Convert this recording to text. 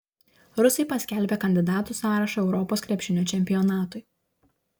rusai paskelbė kandidatų sąrašą europos krepšinio čempionatui